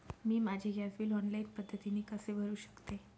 मी माझे gas bill online पद्धतीने कसे भरु शकते?